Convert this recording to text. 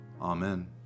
Amen